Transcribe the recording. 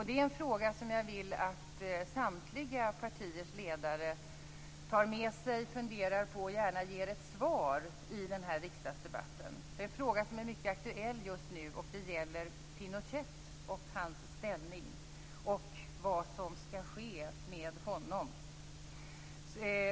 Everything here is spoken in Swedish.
Det är en fråga som jag vill att samtliga partiers ledare tar med sig, funderar på och gärna ger ett svar på i denna riksdagsdebatt. Det är en fråga som är mycket aktuell just nu, och det gäller Pinochet och hans ställning och vad som skall ske med honom.